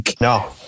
No